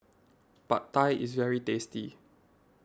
Pad Thai is very tasty